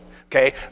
Okay